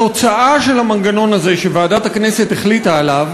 התוצאה של המנגנון הזה שוועדת הכנסת החליטה עליו